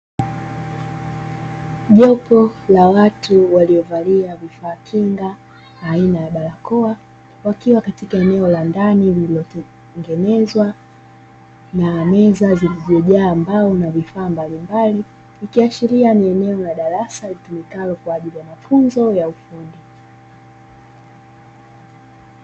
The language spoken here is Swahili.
Jopo la watu waliovalia vifaa kinga aina ya barakoa wakiwa katika eneo la ndani lililotengenezwa na meza zilizojaa mbao na vifaa mbalimbali, ikiashiria ni eneo la darasa litumikalo kwa ajili ya mafunzo ya ufundi.